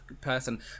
person